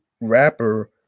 rapper